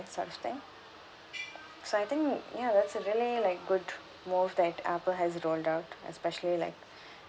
such thing so I think ya that's a really like good move that apple has rolled out especially like